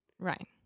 Right